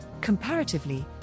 Comparatively